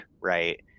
Right